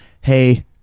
hey